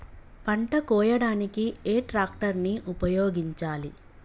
పంట కోయడానికి ఏ ట్రాక్టర్ ని ఉపయోగించాలి?